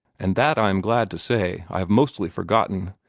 and that i am glad to say i have mostly forgotten.